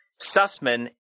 Sussman